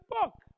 book